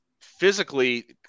physically